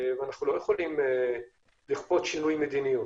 ואנחנו לא יכולים לכפות שינוי מדיניות.